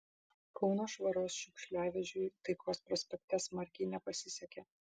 kauno švaros šiukšliavežiui taikos prospekte smarkiai nepasisekė